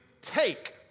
take